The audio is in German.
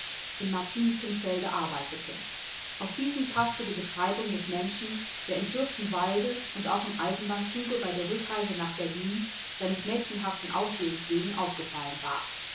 in martinikenfelde arbeitete auf diesen paßte die beschreibung des menschen der in fürstenwalde und auch im eisenbahnzuge bei der rückreise nach berlin seines mädchenhaften aussehens wegen aufgefallen war